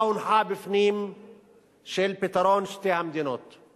של פתרון שתי המדינות הונחה בפנים.